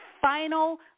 final